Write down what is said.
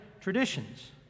traditions